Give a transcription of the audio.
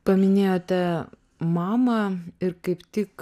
paminėjote mamą ir kaip tik